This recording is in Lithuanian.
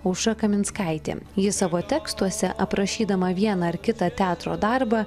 aušra kaminskaitė ji savo tekstuose aprašydama vieną ar kitą teatro darbą